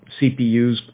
CPUs